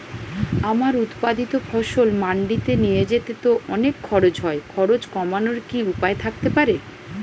আমার উৎপাদিত ফসল মান্ডিতে নিয়ে যেতে তো অনেক খরচ হয় খরচ কমানোর কি উপায় থাকতে পারে?